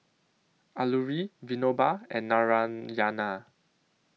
Alluri Vinoba and Narayana